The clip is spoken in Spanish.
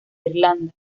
irlanda